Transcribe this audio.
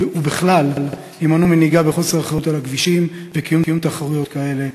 ובכלל יימנעו מנהיגה בחוסר אחריות על הכבישים ומקיום תחרויות כאלה,